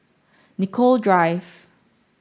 Nicoll Drive